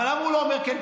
אבל למה הוא לא אומר כן?